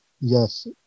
yes